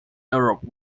europe